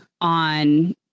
on